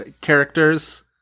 characters